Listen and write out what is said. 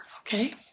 okay